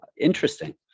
Interesting